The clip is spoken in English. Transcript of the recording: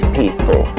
people